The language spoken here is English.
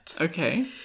Okay